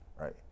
right